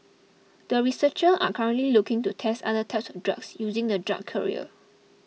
the researchers are currently looking to test other types of drugs using the drug carrier